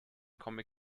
comic